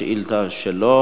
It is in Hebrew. השאילתא שלו,